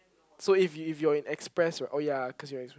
so if if you're in express what oh ya cause you are express